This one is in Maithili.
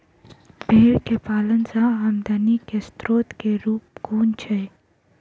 भेंर केँ पालन सँ आमदनी केँ स्रोत केँ रूप कुन छैय?